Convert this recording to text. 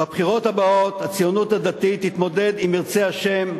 בבחירות הבאות הציונות הדתית תתמודד, אם ירצה השם,